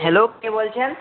hello কে বলছেন